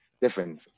different